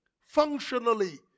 Functionally